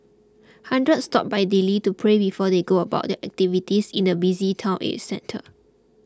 hundreds stop by daily to pray before they go about their activities in the busy town centre